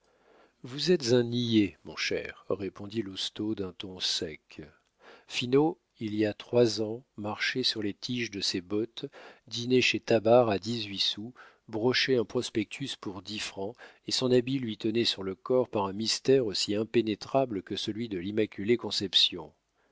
vous êtes un niais mon cher répondit lousteau d'un ton sec finot il y a trois ans marchait sur les tiges de ses bottes dînait chez tabar à dix-huit sous brochait un prospectus pour dix francs et son habit lui tenait sur le corps par un mystère aussi impénétrable que celui de l'immaculée